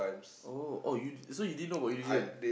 oh oh you so you didn't know about Illusion